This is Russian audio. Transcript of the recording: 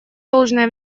должное